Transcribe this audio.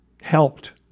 helped